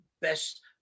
best